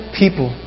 people